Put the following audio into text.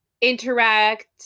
interact